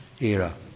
era